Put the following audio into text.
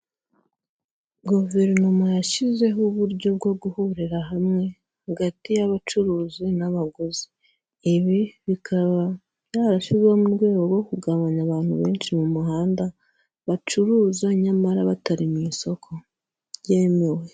Guverinoma yashyizeho uburyo bwo guhurira hamwe, hagati y'abacuruzi n'abaguzi, ibi bikaba byarashyizweho mu rwego rwo kugabanya abantu benshi mu muhanda, bacuruza nyamara batari mu isoko ryemewe.